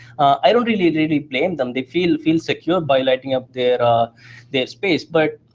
i don't really really blame them, they feel feel secure by lighting up their ah their space. but